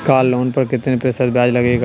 Car loan पर कितने प्रतिशत ब्याज लगेगा?